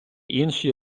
інші